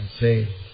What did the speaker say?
say